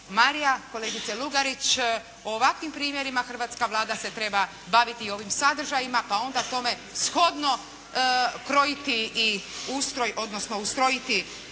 Marija, kolegice Lugarić o ovakvim primjerima hrvatska Vlada se treba baviti i ovim sadržajima pa onda tome shodno krojiti i ustroj